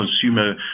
consumer